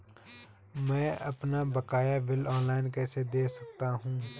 मैं अपना बकाया बिल ऑनलाइन कैसे दें सकता हूँ?